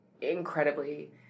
incredibly